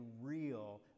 real